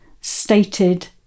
stated